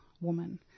woman